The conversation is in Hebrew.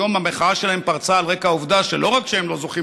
היום המחאה שלהם פרצה על רקע העובדה שלא רק שהם לא זוכים